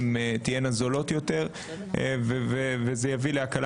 הן תהיינה זולות יותר וזה יביא להקלה